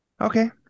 Okay